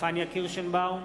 פניה קירשנבאום,